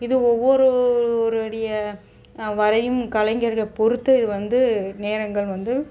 இது ஒவ்வொரு ஒரு ஒருவருடைய வரையும் கலைஞர்கள் பொறுத்து இது வந்து நேரங்கள் வந்து